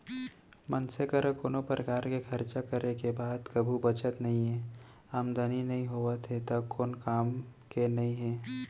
मनसे करा कोनो परकार के खरचा करे के बाद कभू बचत नइये, आमदनी नइ होवत हे त कोन काम के नइ हे